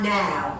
now